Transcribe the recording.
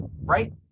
Right